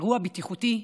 אירוע בטיחותי,